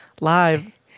live